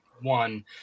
one